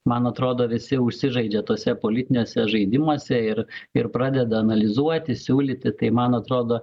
man atrodo visi užsižaidė tuose politiniuose žaidimuose ir ir pradeda analizuoti siūlyti tai man atrodo